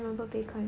mm